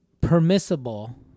permissible